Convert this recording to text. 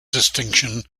distinction